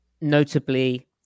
notably